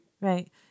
Right